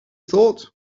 thought